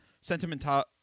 sentimental